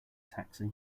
taxi